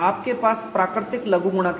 आपके पास प्राकृतिक लघुगणक हैं